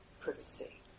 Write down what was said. privacy